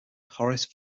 horace